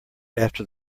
after